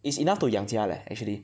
is enough to 养家 leh actually